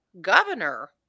governor